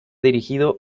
dirigido